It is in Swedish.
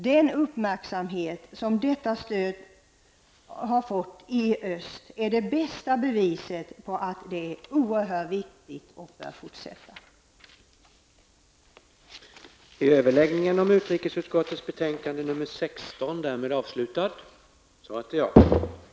Den uppmärksamhet som detta stöd har fått i öst är det bästa beviset för att det här stödet är oerhört viktigt och att vi bör fortsätta att ge detta.